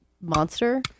monster